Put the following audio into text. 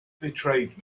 betrayed